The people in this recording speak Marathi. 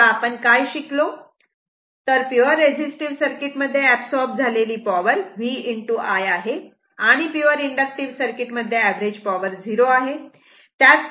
तेव्हा आपण काय शिकलो तर पिवर ररेझिस्टिव्ह सर्किट मध्ये ऍबसॉरब झालेली पॉवर V I आहे आणि पिवर इंडक्टिव्ह सर्किट मध्ये अवरेज पॉवर 0 आहे